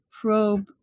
probe